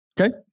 Okay